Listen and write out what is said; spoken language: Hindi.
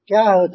क्या होता है